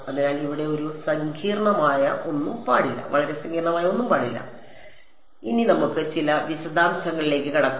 അതിനാൽ ഇവിടെ വളരെ സങ്കീർണ്ണമായ ഒന്നും പാടില്ല ഇനി നമുക്ക് ചില വിശദാംശങ്ങളിലേക്ക് കടക്കാം